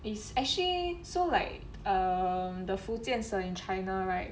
it's actually so like um the 福建 in china right